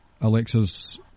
Alexa's